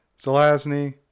Zelazny